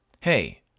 Hey